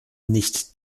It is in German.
nicht